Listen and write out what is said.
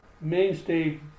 mainstay